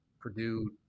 Purdue